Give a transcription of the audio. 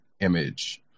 image